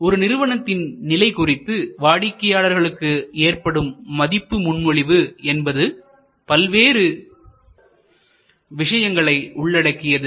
ஒரு நிறுவனத்தின் நிலை குறித்து வாடிக்கையாளர்களுக்கு ஏற்படும் மதிப்பு முன்மொழிவு என்பது பல்வேறு விஷயங்களை உள்ளடக்கியது